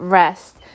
rest